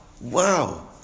Wow